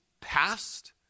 past